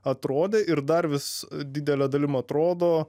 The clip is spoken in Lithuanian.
atrodė ir dar vis didele dalim atrodo